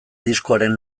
diskoaren